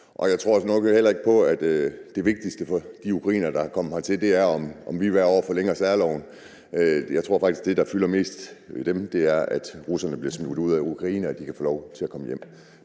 Jeg tror heller ikke, at det vigtigste for de ukrainere, der er kommet hertil, er, om vi hvert år forlænger særloven. Jeg tror faktisk, at det, der fylder mest hos dem, er, at russerne bliver smidt ud af Ukraine og de kan få lov til at komme hjem.